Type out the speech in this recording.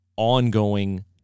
ongoing